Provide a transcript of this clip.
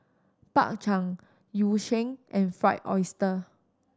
Bak Chang Yu Sheng and Fried Oyster